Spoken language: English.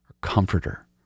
comforter